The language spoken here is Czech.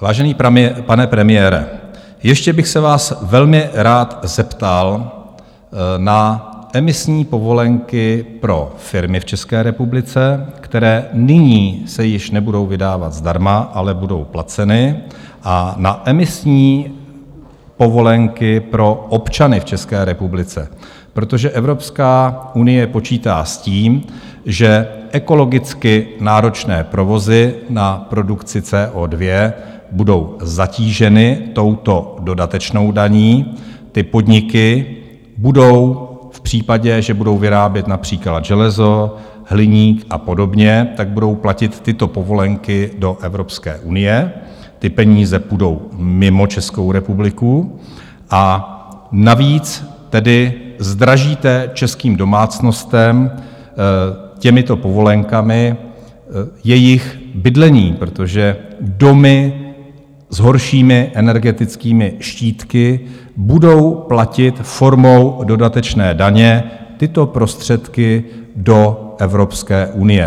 Vážený pane premiére, ještě bych se vás velmi rád zeptal na emisní povolenky pro firmy v České republice, které nyní se již nebudou vydávat zdarma, ale budou placeny, a na emisní povolenky pro občany v České republice, protože Evropská unie počítá s tím, že ekologicky náročné provozy na produkci CO2 budou zatíženy touto dodatečnou daní, ty podniky, v případě, že budou vyrábět například železo, hliník a podobně, budou platit tyto povolenky do Evropské unie, ty peníze půjdou mimo Českou republiku, a navíc tedy zdražíte českým domácnostem těmito povolenkami jejich bydlení, protože domy s horšími energetickými štítky budou platit formou dodatečné daně tyto prostředky do Evropské unie.